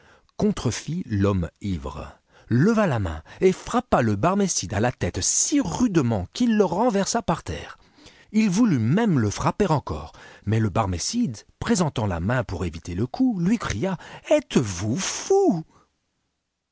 contrefit l'homme ivre leva la main et frappa le barmëcide à la tête si rudement qu'il le renversa par terre h voulut même le frapper encore mais le barmécide présentant la main pour éviter le coup lui cria êtes-vous fou